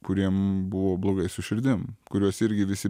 kuriem buvo blogai su širdim kuriuos irgi visi